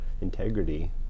integrity